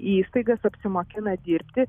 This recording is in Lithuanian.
įstaigas apsimokina dirbti